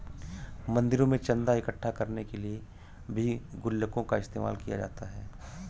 मंदिरों में चन्दा इकट्ठा करने के लिए भी गुल्लकों का इस्तेमाल किया जाता है